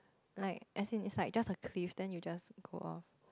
like as in it's just a cliff then you just go off